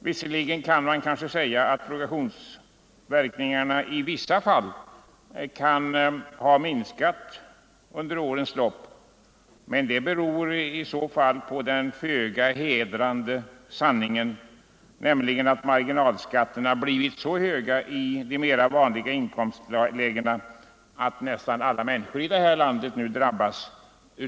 Visserligen kan man kanske säga att progressionsverkningarna i vissa fall kan ha minskat under årens lopp, men det beror i så fall på den föga hedrande sanningen att marginalskatterna blivit så höga i de mera vanliga inkomstlägena att nästan alla människor i det här landet drabbas